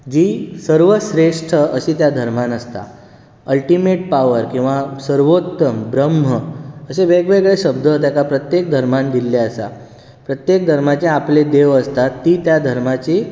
जी सर्वश्रेश्ट अशीं त्या धर्मान आसता अल्टीमेट पावर किंवा सर्वोत्तम ब्रह्म अशें वेगवेगळे शब्द ताका प्रत्येक धर्मान दिल्ले आसात प्रत्येक धर्माचे आपले देव आसतात ती त्या धर्माची